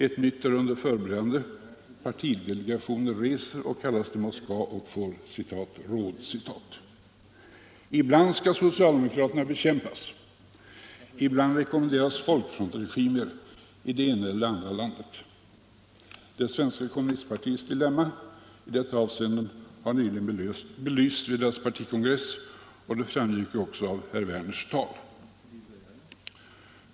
Ett nytt är under förberedande. Partidelegationer reser och kallas till Moskva och får ”råd”. Ibland skall socialdemokraterna bekämpas, ibland rekommenderas folkfrontsregimer i det ena eller andra landet. Det svenska kommunistpartiets dilemma i detta avseende har nyligen belysts vid dess partikongress, och det framgick också av herr Werners tal.